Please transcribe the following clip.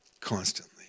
Constantly